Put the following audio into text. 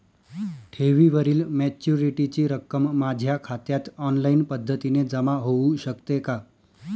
ठेवीवरील मॅच्युरिटीची रक्कम माझ्या खात्यात ऑनलाईन पद्धतीने जमा होऊ शकते का?